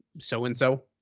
so-and-so